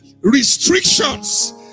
restrictions